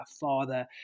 father